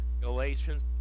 Galatians